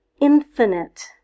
infinite